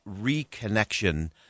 reconnection